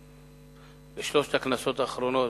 בשלוש הכנסות האחרונות